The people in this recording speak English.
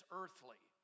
earthly